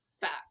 fact